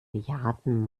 bejahrten